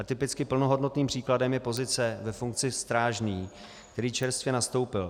Typicky plnohodnotným příkladem je pozice ve funkci strážný, který čerstvě nastoupil.